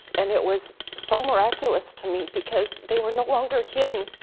and it was so miraculous to me because they were no longer hidden,